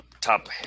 top